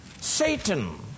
Satan